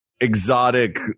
exotic